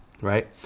right